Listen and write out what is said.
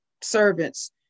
servants